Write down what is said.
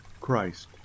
Christ